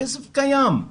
הכסף קיים.